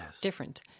different